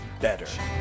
better